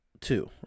two